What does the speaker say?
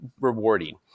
rewarding